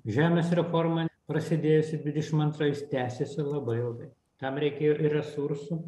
žemės reforma prasidėjusi dvidešim antrais tęsiasi labai ilgai tam reikėjo ir resursų